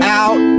out